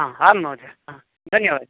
आ आम् महोदय ह धन्यवादः